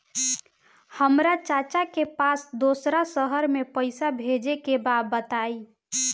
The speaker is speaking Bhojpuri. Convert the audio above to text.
हमरा चाचा के पास दोसरा शहर में पईसा भेजे के बा बताई?